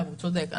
הוא צודק.